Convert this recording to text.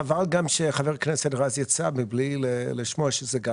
חבל גם שחה"כ רז יצא מבלי לשמוע שזה גם